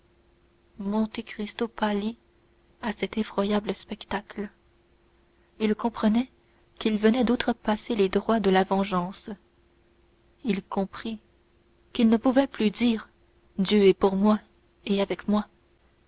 vengé monte cristo pâlit à cet effroyable spectacle il comprit qu'il venait d'outrepasser les droits de la vengeance il comprit qu'il ne pouvait plus dire dieu est pour moi et avec moi